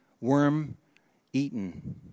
worm-eaten